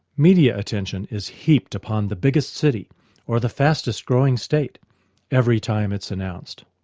media attention is heaped upon the biggest city or the fastest growing state every time it's announced.